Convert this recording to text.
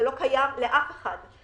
לא קיים לאף אחד.